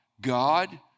God